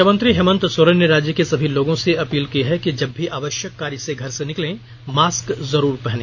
मुख्यमंत्री हेमंत सोरेन ने राज्य के सभी लोगों से अपील की है कि जब भी आवष्यक कार्य से घर से निकलें मास्क जरूर पहने